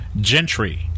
Gentry